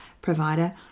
provider